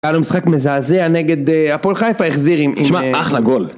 היה לנו משחק מזעזע נגד הפועל חיפה, החזיר עם... תשמע, אחלאה לגול.